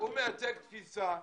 הוא מייצג תפיסה.